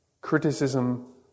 criticism